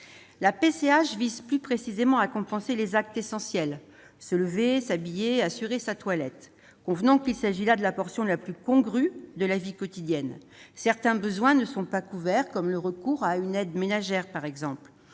La PCH vise plus précisément à compenser les actes essentiels : se lever, s'habiller, assurer sa toilette. Convenons qu'il ne s'agit que de la portion la plus congrue de la vie quotidienne : certains besoins ne sont pas couverts, comme le recours à une aide-ménagère. Une